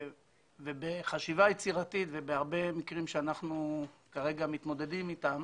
בחשיבה יצירתית ובהרבה מקרים שאנחנו כרגע מתמודדים אתם,